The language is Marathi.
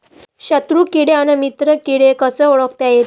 शत्रु किडे अन मित्र किडे कसे ओळखता येईन?